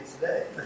today